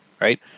right